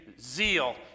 zeal